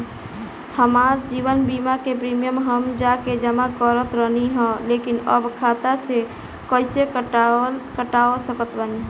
हमार जीवन बीमा के प्रीमीयम हम जा के जमा करत रहनी ह लेकिन अब खाता से कइसे कटवा सकत बानी?